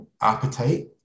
appetite